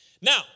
Now